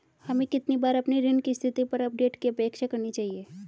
हमें कितनी बार अपने ऋण की स्थिति पर अपडेट की अपेक्षा करनी चाहिए?